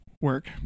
work